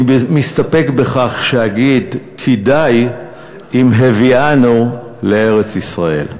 אני מסתפק בכך שאגיד: כדאי אם הביאנו לארץ-ישראל.